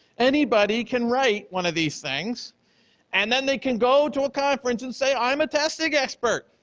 anybody can write one of these things and then they can go to a conference and say, i'm a testing expert.